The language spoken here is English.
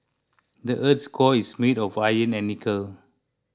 the earth's core is made of iron and nickel